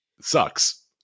sucks